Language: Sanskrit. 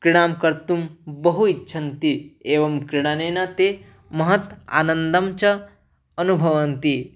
क्रीडां कर्तुं बहु इच्छन्ति एवं क्रीडनेन ते महत् आनन्दं च अनुभवन्ति